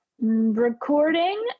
recording